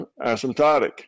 asymptotic